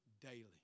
daily